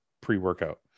pre-workout